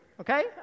okay